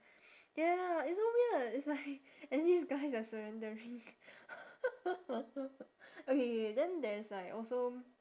ya it's so weird it's like and these guys are surrendering okay K K then there's like also